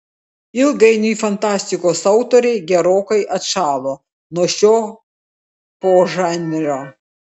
ilgainiui fantastikos autoriai gerokai atšalo nuo šio požanrio